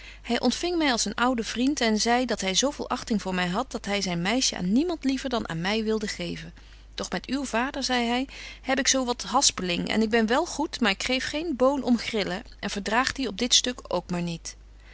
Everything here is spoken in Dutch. hy ontfing my als eenen ouden vriend en zei dat hy zo veel achting voor my hadt dat hy zyn meisje aan niemand liever dan aan my wilde geven doch met uw vader zei hy heb ik zo wat haspeling en ik ben wel goed maar ik geef geen boon om grillen en verdraag die op dit stuk ook maar niet